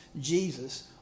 Jesus